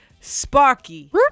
Sparky